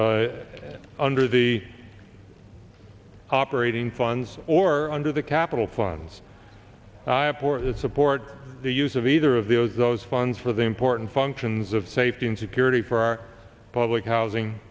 it under the operating funds or under the capital funds for to support the use of either of those those funds for the important functions of safety and security for our public housing